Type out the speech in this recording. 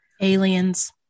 Aliens